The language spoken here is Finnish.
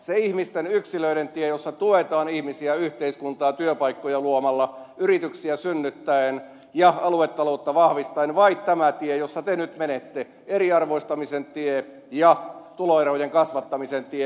se ihmisten yksilöiden tie jossa tuetaan ihmisiä yhteiskuntaa työpaikkoja luomalla yrityksiä synnyttäen ja aluetaloutta vahvistaen vai tämä tie jossa te nyt menette eriarvoistamisen tie ja tuloerojen kasvattamisen tie